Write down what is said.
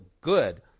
good